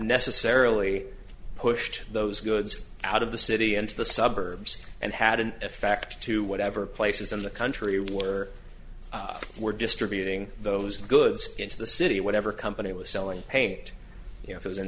necessarily pushed those goods out of the city into the suburbs and had an effect to whatever places in the country were were distributing those goods into the city whatever company was selling paint you know it was in